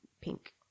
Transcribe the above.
pink